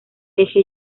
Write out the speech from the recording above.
eje